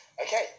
Okay